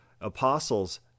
apostles